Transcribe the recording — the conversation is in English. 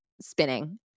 spinning